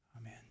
Amen